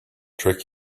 trick